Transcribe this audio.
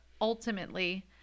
ultimately